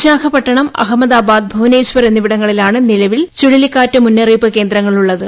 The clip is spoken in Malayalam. വിശാഖപട്ടണംഅഹമ്മദാ്ബാദ് ഭുവനേശ്വർ എന്നിവിടങ്ങളിലാണ് നിലവിൽ ചുഴലിക്കാറ്റ് കേന്ദ്രങ്ങളുളളത്